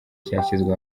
cyashyizwe